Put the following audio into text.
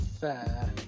fair